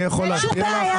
אני יכול להסביר לך?